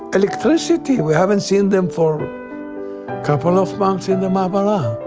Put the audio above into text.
electricity! we haven't seen them for couple of months in the ma'abara. wow!